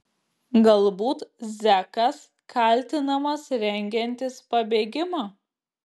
galbūt zekas kaltinamas rengiantis pabėgimą